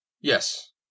Yes